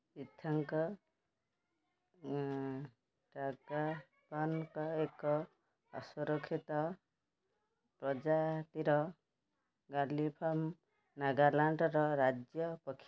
ବିଥଙ୍କ tragopan ଏକ ଅସୁରକ୍ଷିତ ପ୍ରଜାତିର ଗାଲିଫର୍ମ ନାଗାଲାଣ୍ଡର ରାଜ୍ୟ ପକ୍ଷୀ